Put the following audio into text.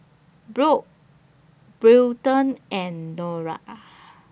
Brock Wilton and Nora